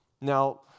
Now